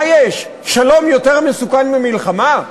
מה יש, שלום יותר מסוכן ממלחמה?